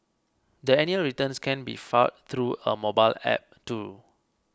the annual returns can be filed through a mobile app too